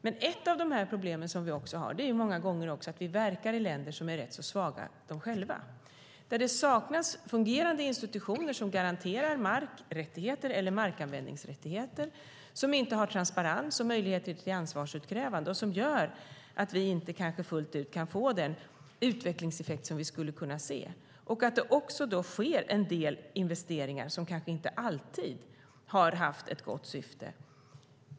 Men ett av de problem som vi har är att vi verkar i länder som själva många gånger är rätt svaga, som saknar fungerande institutioner som garanterar markrättigheter eller markanvändningsrättigheter och som inte har transparens och möjligheter till ansvarsutkrävande. Det gör att vi kanske inte fullt ut kan få den utvecklingseffekt som vi skulle vilja se. Det sker också en del investeringar som kanske inte alltid har haft ett gott syfte.